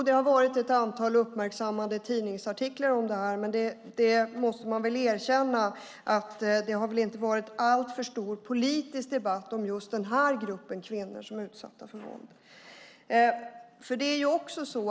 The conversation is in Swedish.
Det har varit ett antal uppmärksammade tidningsartiklar om det här, men man måste väl erkänna att det inte har varit alltför stor politisk debatt om just den här gruppen kvinnor som är utsatta för våld.